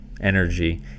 energy